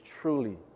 truly